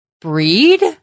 breed